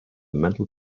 mental